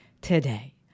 today